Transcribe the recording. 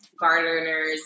gardener's